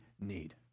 need